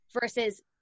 versus